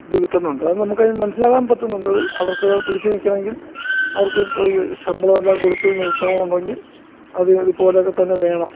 ഇത് കിട്ടുന്നുണ്ട് അത് നമ്മൾക്കതിന് മനസ്സിലാക്കാൻ പറ്റുന്നുണ്ടത് അവർക്ക് പിടിച്ചു നിൽക്കണമെങ്കിൽ അവർക്ക് ഈ ശമ്പളമെല്ലാം കൊടുത്ത് നിർത്തണമെണ്ടുങ്കിൽ അത് ഇതുപോലെയൊക്കെത്തന്നെ വേണം